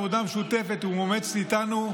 בעבודה משותפת ומאומצת איתנו,